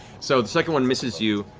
so the second one misses you,